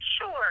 Sure